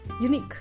unique